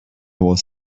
was